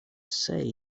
say